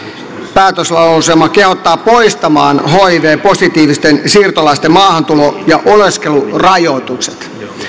päätöslauselma kehottaa poistamaan hiv positiivisten siirtolaisten maahantulo ja oleskelurajoitukset